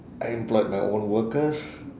I employed my own workers